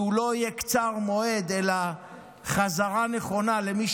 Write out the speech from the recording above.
שהוא לא יהיה קצר מועד אלא חזרה נכונה למי